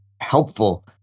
helpful